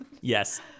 Yes